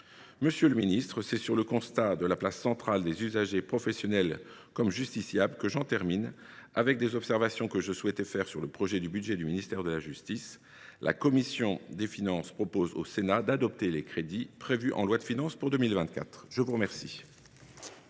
Monsieur le garde des sceaux, c’est sur le constat de la place centrale des usagers, professionnels comme justiciables, que j’en termine avec mes observations sur le projet de budget du ministère de la justice. La commission des finances propose au Sénat d’adopter les crédits prévus en loi de finances pour 2024. La parole